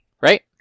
right